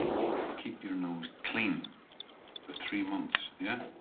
keep your nose clean for three months. yeah?